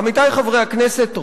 עמיתי חברי הכנסת,